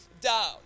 down